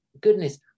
goodness